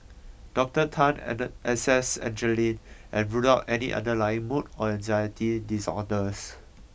Doctor Tan add assessed Angeline and ruled out any underlying mood or anxiety disorders